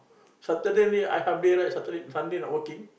Saturday only I half day right Sunday not working